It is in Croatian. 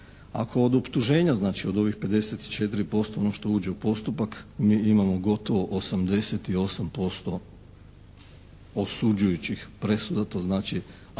Ako od optuženja znači od ovih 54% onog što uđe u postupak mi imamo gotovo 88% osuđujućih presuda, to znači